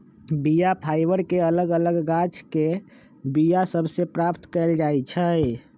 बीया फाइबर के अलग अलग गाछके बीया सभ से प्राप्त कएल जाइ छइ